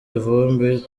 ivumbi